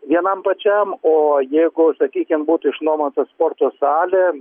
vienam pačiam o jeigu sakykim būtų išnuomota sporto salė